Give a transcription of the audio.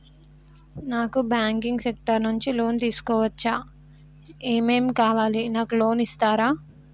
నాకు banking sector నుంచి loan తీసుకోవచ్చా? ఏమేం కావాలి? నాకు లోన్ ఇస్తారా?